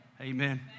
Amen